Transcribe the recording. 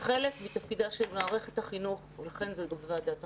זה חלק מתפקידה של מערכת החינוך ולכן זה צריך לבוא לוועדת החינוך.